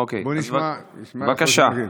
בבקשה.